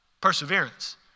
perseverance